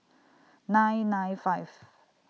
nine nine five